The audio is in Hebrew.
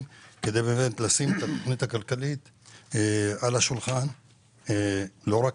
כדי לשים את התכנית הכלכלית על השולחן - ולא רק